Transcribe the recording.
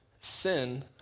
Sin